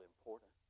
important